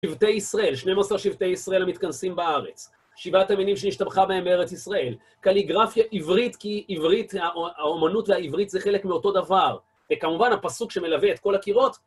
שבטי ישראל, 12 שבטי ישראל המתכנסים בארץ, שבעת המינים שנשתבחה בהם בארץ ישראל, קליגרפיה עברית, כי האמנות והעברית זה חלק מאותו דבר, וכמובן, הפסוק שמלווה את כל הקירות,